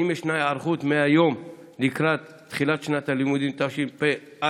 האם ישנה היערכות מהיום לקראת תחילת שנת הלימודים תשפ"א,